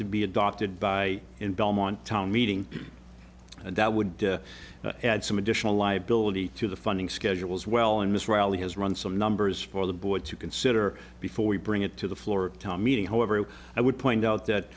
to be adopted by in belmont town meeting and that would add some additional liability to the funding schedule as well and miss reilly has run some numbers for the board to consider before we bring it to the floor meeting however i would point out that